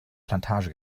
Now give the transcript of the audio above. plantage